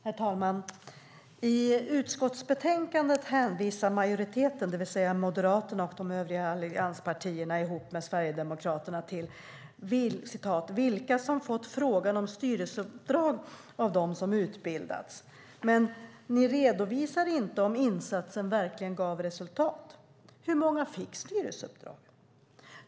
Herr talman! I utskottsbetänkandet hänvisar majoriteten, det vill säga Moderaterna och de övriga allianspartierna ihop med Sverigedemokraterna, till "vilka som fått frågan om styrelseuppdrag av dem som utbildats". Men ni redovisar inte om insatsen verkligen gav resultat. Hur många fick styrelseuppdrag?